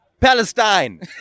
Palestine